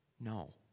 No